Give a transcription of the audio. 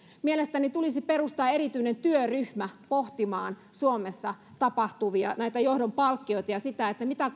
mielestäni tulisi perustaa erityinen työryhmä pohtimaan suomessa näitä johdon palkkioita ja sitä mitä